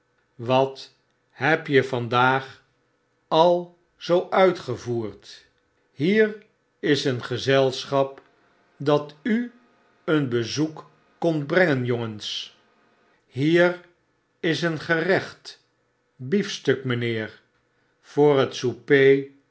gaat hetje wathebje vandaag al zoo uitgevoerd hier is een gezelschap dat u een bezoek komt brengen jongens hier is een gerecht biefstuk mynheer voor het